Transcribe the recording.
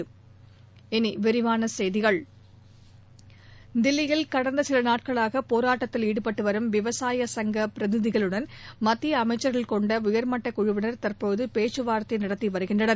இனி விரிவான செய்திகள் தில்லியில் கடந்த சில நாட்களாக போராட்டத்தில் ஈடுபட்டு வரும் விவசாய சங்க பிரதிநிதிகளுடன் மத்திய அமைச்சர்கள் கொண்ட உயர்மட்ட குழுவினர் தற்போது பேச்சு வார்த்தை நடத்தி வருகின்றனர்